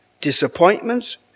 disappointments